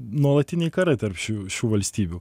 nuolatiniai karai tarp šių šių valstybių